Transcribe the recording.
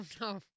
no